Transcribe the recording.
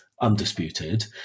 undisputed